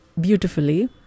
beautifully